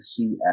CF